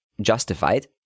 justified